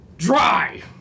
Dry